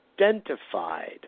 identified